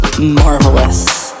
marvelous